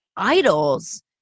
idols